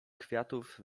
kwiatów